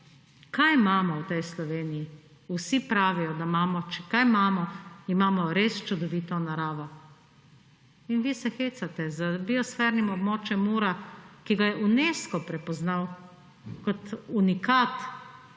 Kaj imamo v tej Sloveniji? Vsi pravijo, da imamo, če kaj imamo, imamo res čudovito naravo. In vi se hecate z biosfernim območjem Mura, ki ga je Unesco prepoznal kot unikat